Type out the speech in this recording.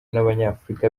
n’abanyafurika